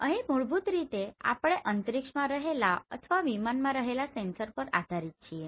અહી મૂળભૂત રીતે આપણે અંતરીક્ષમાં રહેલા અથવા વિમાનમાં રહેલા સેન્સર પર આધારીત છીએ